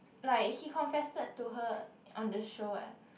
like he confessed to her on the show eh